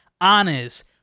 honest